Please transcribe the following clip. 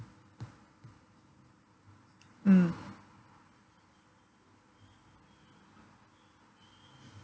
mm